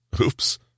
oops